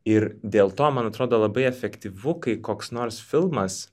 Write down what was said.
ir dėl to man atrodo labai efektyvu kai koks nors filmas